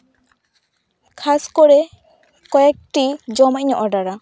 ᱠᱷᱟᱥ ᱠᱚᱨᱮ ᱠᱚᱭᱮᱠᱴᱤ ᱡᱚᱢᱟᱜ ᱤᱧ ᱚᱰᱟᱨᱟ